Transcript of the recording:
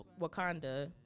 Wakanda